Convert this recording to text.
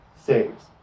saves